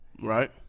right